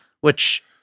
which-